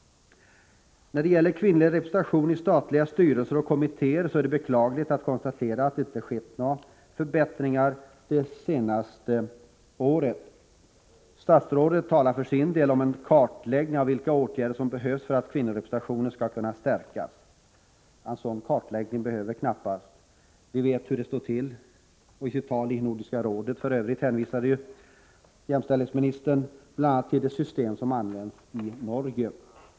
När det gäller kvinnlig representation i statliga styrelser och kommittéer är det beklagligt att kunna konstatera att det inte skett någon förbättring det senaste året. Statsrådet talar om en ”kartläggning av vilka åtgärder som behövs för att kvinnorepresentationen skall kunna stärkas”. Någon sådan kartläggning behövs knappast. Vi vet hur det står till. I sitt tal vid Nordiska rådet hänvisade jämställdhetsministern bl.a. till det system som används i Norge.